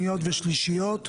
שניות ושלישיות,